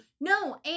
No